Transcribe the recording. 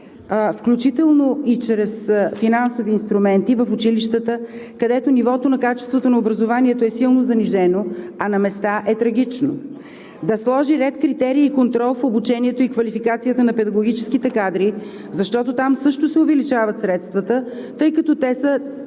включително и чрез финансови инструменти в училищата, където нивото на качеството на образованието е силно занижено, а на места е трагично. Да сложи ред, критерии и контрол в обучението и квалификацията на педагогическите кадри, защото там също се увеличават средствата, тъй като те са